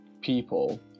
people